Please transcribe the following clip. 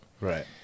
Right